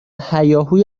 هیاهوی